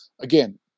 again